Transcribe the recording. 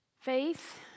Faith